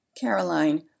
Caroline